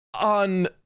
on